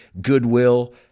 goodwill